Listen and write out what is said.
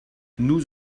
nous